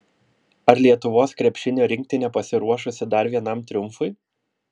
ar lietuvos krepšinio rinktinė pasiruošusi dar vienam triumfui